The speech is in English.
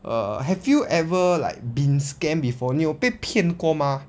err have you ever like been scam before 你有被骗过 mah